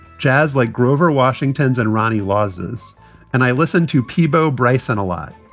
jazz like grover washington's and ronnie laws's and i listened to peabo bryson a lot.